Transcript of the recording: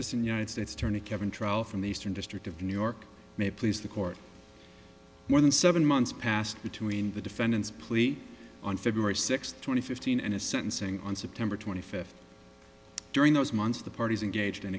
system united states attorney kevin trial from the eastern district of new york may please the court more than seven months past between the defendants plea on february sixth twenty fifteen and his sentencing on september twenty fifth during those months the parties engaged